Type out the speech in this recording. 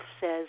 says